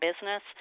business